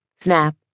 snap